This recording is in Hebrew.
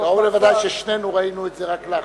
קרוב לוודאי ששנינו ראינו את זה רק לאחרונה,